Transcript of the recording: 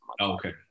Okay